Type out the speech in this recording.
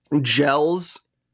gels